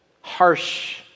harsh